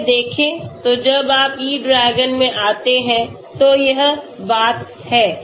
इसे देखें तो जब आपE DRAGON में आते हैं तो यह बात है